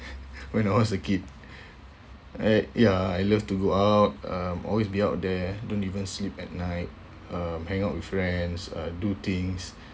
when I was a kid at ya I love to go out I'm always be out there don't even sleep at night uh hang out with friends uh do things